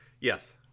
yes